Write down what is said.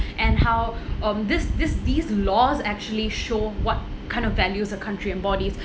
and how um this this these laws actually show what kind of values a country embodies